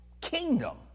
kingdom